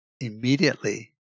immediately